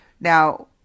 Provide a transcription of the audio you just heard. Now